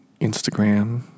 Instagram